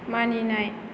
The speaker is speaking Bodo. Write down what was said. मानिनाय